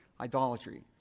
idolatry